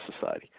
society